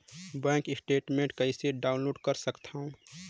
Bank statement कइसे download कर सकथव?